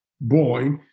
boy